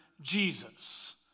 Jesus